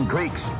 Greeks